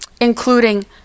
including